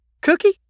Cookie